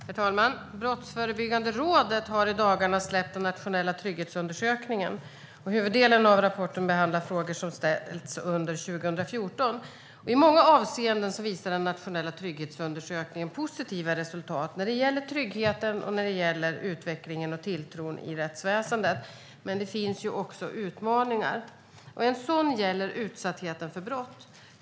Herr talman! Brottsförebyggande rådet har i dagarna släppt den nationella trygghetsundersökningen. Huvuddelen av rapporten behandlar frågor som ställts under 2014. I många avseenden visar den nationella trygghetsundersökningen positiva resultat när det gäller tryggheten och när det gäller utvecklingen och tilltron i rättsväsendet, men det finns också utmaningar. En sådan gäller utsattheten för brott.